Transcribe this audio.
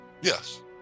Yes